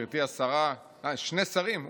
גברתי השרה, אה, שני שרים.